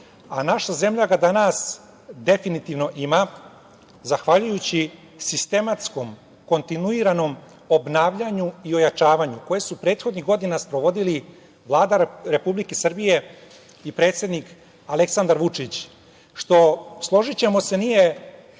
a naša zemlja ga danas definitivno ima zahvaljujući sistematskom, kontinuiranom obnavljanju i ojačavanju, koji su prethodnih godina sprovodili Vlada Republike Srbije i predsednik Aleksandar Vučić, što, složićemo se, nije